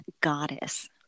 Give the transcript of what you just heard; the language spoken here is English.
goddess